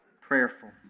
prayerful